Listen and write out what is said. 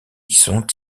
sont